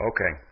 Okay